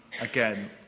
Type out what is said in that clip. again